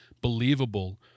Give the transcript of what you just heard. believable